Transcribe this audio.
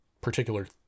particular